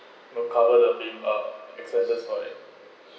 you know cover of being up exposes or at